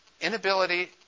Inability